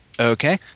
Okay